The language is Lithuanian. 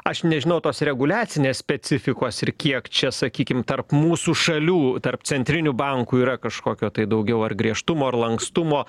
aš nežinau tos reguliacinės specifikos ir kiek čia sakykim tarp mūsų šalių tarp centrinių bankų yra kažkokio tai daugiau ar griežtumo ar lankstumo